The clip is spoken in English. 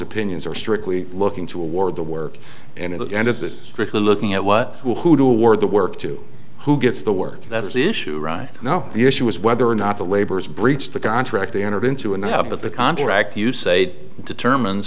opinions are strictly looking toward the work and in the end of the strictly looking at what will who do award the work to who gets the work that's the issue right now the issue is whether or not the labor is breached the contract they entered into and now but the contract you say determines